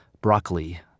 broccoli